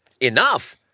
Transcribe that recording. enough